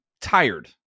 tired